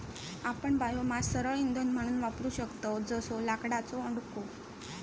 आपण बायोमास सरळ इंधन म्हणून वापरू शकतव जसो लाकडाचो ओंडको